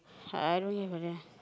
I don't give a damn